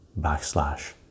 backslash